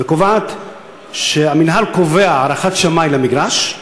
והיא קובעת שהמינהל קובע הערכת שמאי למגרש,